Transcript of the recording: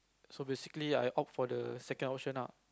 so basically I opt for the second option ah